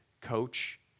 coach